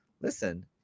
listen